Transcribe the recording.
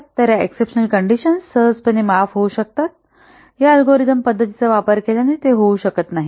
तर या exceptional conditions सहजपणे माफ होऊ शकतात या अल्गोरिदम पद्धतींचा वापर केल्याने ते होऊ शकत नाहीत